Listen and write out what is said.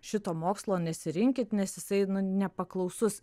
šito mokslo nesirinkit nes jisai nu nepaklausus